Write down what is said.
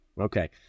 Okay